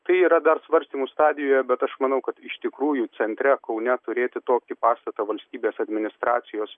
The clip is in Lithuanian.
tai yra dar svarstymų stadijoje bet aš manau kad iš tikrųjų centre kaune turėti tokį pastatą valstybės administracijos